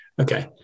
Okay